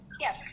Yes